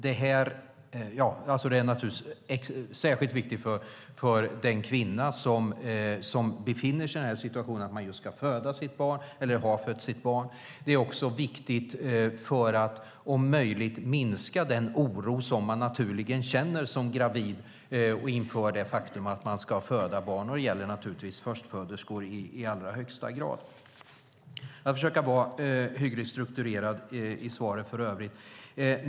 De är naturligtvis särskilt viktiga för den kvinna som befinner sig i den situationen att hon ska föda sitt barn eller har fött sitt barn. Det är också viktigt för att om möjligt minska den oro som en kvinna naturligen känner som gravid och inför det faktum att hon ska föda barn. Det gäller naturligtvis förstföderskor i allra högsta grad. Jag ska försöka vara hyggligt strukturerad i svaret för övrigt.